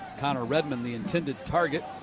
connor redmond the intended target.